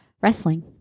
wrestling